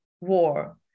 war